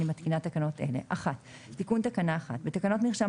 אני מתקינה תקנות אלה: תיקון תקנה 1 בתקנות מרשם